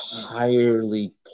entirely